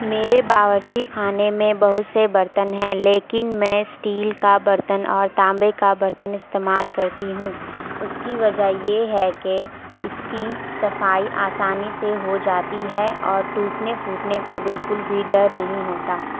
میرے بارچی خانے میں بہت سے برتن ہیں لیکن میں اسٹیل کا برتن اور تانبے کا برتن استعمال کرتی ہوں اس کی وجہ یہ ہے کہ اس کی صفائی آسانی سے ہو جاتی ہے اور ٹوٹنے پھوٹنے کا بالکل بھی ڈر نہیں ہوتا